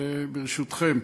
ברשותכם.